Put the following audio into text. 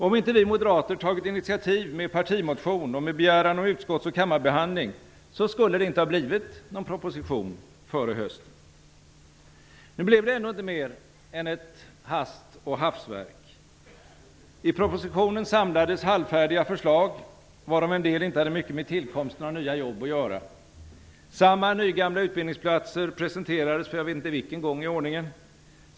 Om inte vi moderater tagit initiativ med partimotion och med begäran om utskotts och kammarbehandling, skulle det inte ha blivit någon proposition före hösten. Nu blev det ändå inte mer än ett hast och hafsverk. I propositionen samlades halvfärdiga förslag, varav en del inte hade mycket med tillkomsten av nya jobb att göra. Samma nygamla utbildningsplatser presenterades för jag vet inte vilken gång i ordningen.